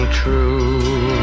true